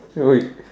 wait